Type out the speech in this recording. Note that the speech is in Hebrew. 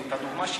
הדוגמה שהבאתי,